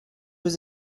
was